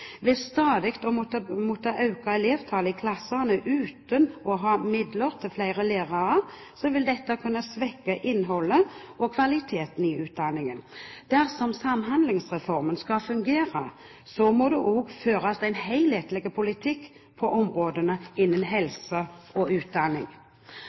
Stadig å måtte øke elevtallet i klassene uten å ha midler til flere lærere vil kunne svekke innholdet og kvaliteten i utdanningen. Dersom Samhandlingsreformen skal fungere, må det også føres en helhetlig politikk på områdene